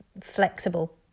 flexible